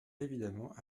évidemment